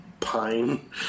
pine